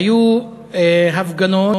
היו הפגנות